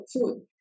food